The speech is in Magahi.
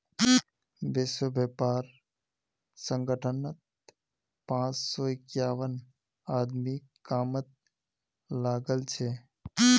विश्व व्यापार संगठनत पांच सौ इक्यावन आदमी कामत लागल छ